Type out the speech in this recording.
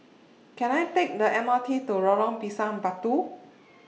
Can I Take The M R T to Lorong Pisang Batu